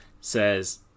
says